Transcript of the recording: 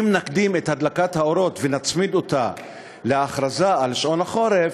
אם נקדים את הדלקת האורות ונצמיד אותה להכרזה על שעון החורף,